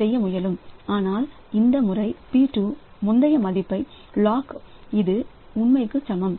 செய்யமுயலும் ஆனால் இந்த முறை P2 முந்தைய மதிப்பை லாக் இது உண்மைக்கு சமம்